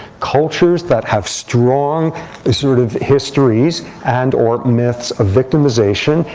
cultures that have strong sort of histories and or myths of victimization,